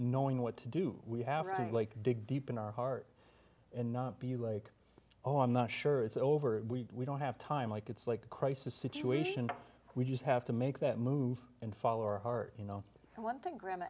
knowing what to do we have rights like dig deep in our heart and not be like oh i'm not sure it's over we don't have time like it's like a crisis situation we just have to make that move and follow your heart you know and one thing gra